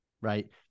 right